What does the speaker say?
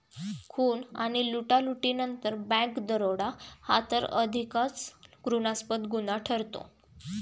खून आणि लुटालुटीनंतर बँक दरोडा हा तर अधिकच घृणास्पद गुन्हा ठरतो